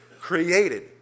created